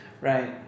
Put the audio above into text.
Right